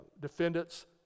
defendants